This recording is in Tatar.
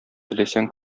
теләсәң